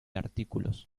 artículos